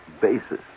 basis